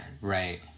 right